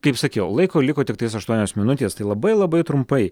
kaip sakiau laiko liko tiktais aštuonios minutės tai labai labai trumpai